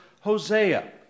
Hosea